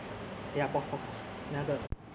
还还能还可以吗